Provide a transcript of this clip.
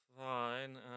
Fine